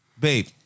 babe